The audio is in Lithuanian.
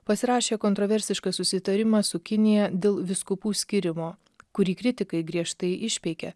pasirašė kontroversišką susitarimą su kinija dėl vyskupų skyrimo kurį kritikai griežtai išpeikė